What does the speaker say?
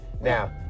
Now